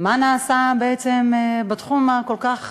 מה נעשה בעצם בתחום הכל-כך